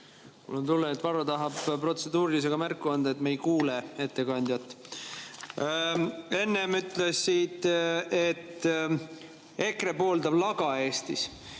Mul on tunne, et Varro tahab protseduurilisega märku anda, et me ei kuule ettekandjat. Enne ütlesid, et EKRE pooldab laga Eestis.